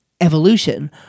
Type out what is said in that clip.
evolution